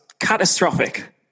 catastrophic